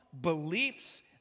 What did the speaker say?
beliefs